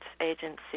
agency